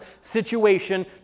situation